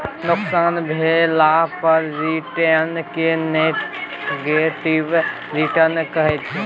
नोकसान भेला पर रिटर्न केँ नेगेटिव रिटर्न कहै छै